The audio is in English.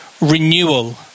renewal